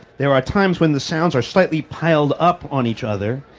there are times when the sounds are slightly piled up on each other,